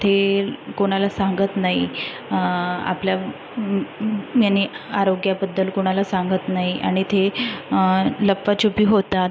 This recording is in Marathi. ते कोणाला सांगत नाही आपल्या याने आरोग्याबद्दल कोणाला सांगत नाही आणि ते लपवाछपवी होतात